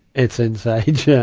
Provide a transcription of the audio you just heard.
it's inside yeah